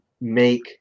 make